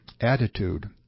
attitude